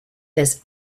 this